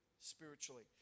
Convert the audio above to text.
spiritually